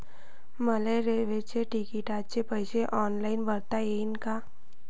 मले रेल्वे तिकिटाचे पैसे ऑनलाईन भरता येईन का?